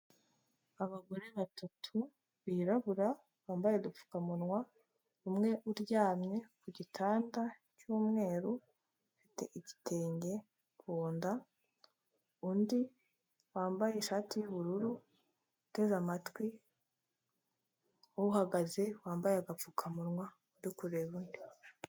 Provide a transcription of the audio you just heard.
Abagore batatu birarabura bambaye udupfukamunwa; umwe uryamye ku gitanda cy'umweru ufite igitenge kunda, undi wambaye ishati y'ubururu uteze amatwi, uhagaze wambaye agapfukamunwa uri kureba undi.